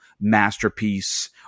masterpiece